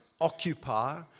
occupy